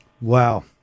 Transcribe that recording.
Wow